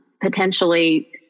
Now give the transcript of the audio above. potentially